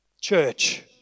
church